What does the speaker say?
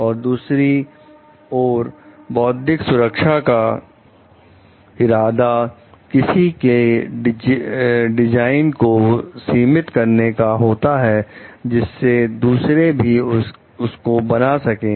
और दूसरी ओर बौद्धिक सुरक्षा का इरादा किसी के डिजाइन को सीमित करने का होता है जिससे दूसरे भी उसको बना सकें